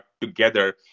together